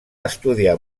estudiar